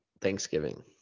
Thanksgiving